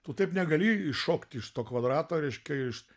tu taip negali iššokti iš to kvadrato reiškia iš